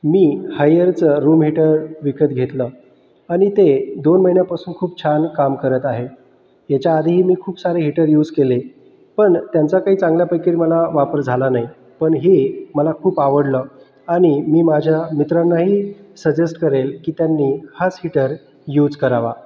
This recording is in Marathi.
मी हायरचं रूम हीटर विकत घेतलं आणि ते दोन महिन्यांपासून खूप छान काम करत आहे याच्याआधीही मी खूप सारे हीटर यूज केले पण त्यांचा काही चांगल्यापैकी मला वापर झाला नाही पण ही मला खूप आवडलं आणि मी माझ्या मित्रानांही सजेक्ट करेल की त्यांनी हाच हीटर यूज करावा